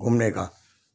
घुमने का